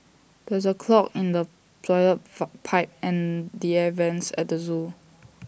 there is A clog in the Toilet Pipe and the air Vents at the Zoo